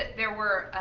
there were,